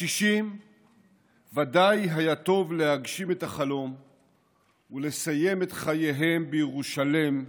לקשישים ודאי היה טוב להגשים את החלום ולסיים את חייהם בירושלם,